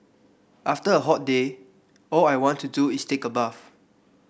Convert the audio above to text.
after a hot day all I want to do is take a bath